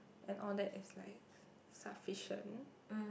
and all that is like s~ sufficient